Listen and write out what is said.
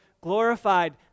glorified